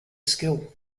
skill